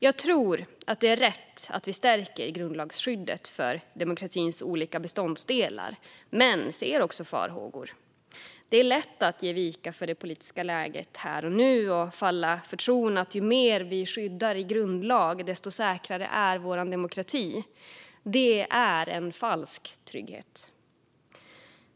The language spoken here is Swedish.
Jag tror att det är rätt att vi stärker grundlagsskyddet för demokratins olika beståndsdelar men ser också farhågor. Det är lätt att ge vika för det politiska läget här och nu och falla för tron att ju mer vi skyddar i grundlag, desto säkrare är vår demokrati. Det är en falsk trygghet.